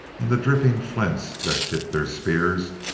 and the dripping flints that tipped their spears,